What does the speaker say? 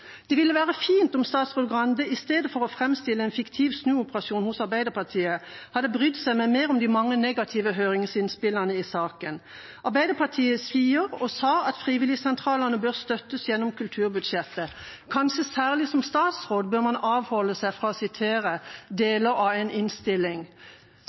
Det ville være fint om statsråd Skei Grande, i stedet for å framstille en fiktiv snuoperasjon i Arbeiderpartiet, hadde brydd seg mer om de mange negative høringsinnspillene i saken. Arbeiderpartiet sier, og sa, at frivilligsentralene bør støttes gjennom kulturbudsjettet. Kanskje særlig som statsråd bør man avholde seg fra å sitere